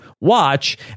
watch